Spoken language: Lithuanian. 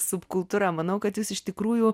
subkultūra manau kad jūs iš tikrųjų